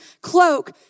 cloak